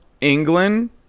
England